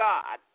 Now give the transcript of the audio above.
God